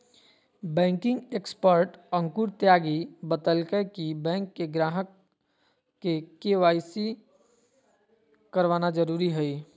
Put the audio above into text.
banking expert Ankur Tyagi बतयलकय कि bank के ग्राहक के.वाई.सी करवाना जरुरी हइ